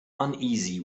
uneasy